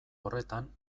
horretan